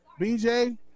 BJ